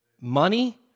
Money